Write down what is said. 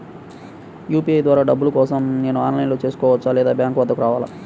UPI ద్వారా డబ్బులు కోసం నేను ఆన్లైన్లో చేసుకోవచ్చా? లేదా బ్యాంక్ వద్దకు రావాలా?